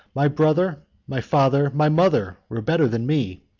my brother, my father, my mother, were better than me,